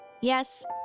Yes